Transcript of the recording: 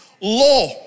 Law